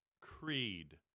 Creed